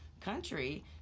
country